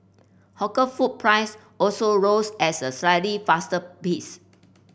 hawker food price also rose as a slightly faster pace